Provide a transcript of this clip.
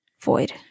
void